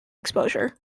exposure